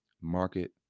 Market